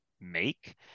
make